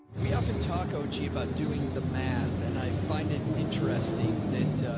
we often talk oji about doing the math. and i find it interesting that,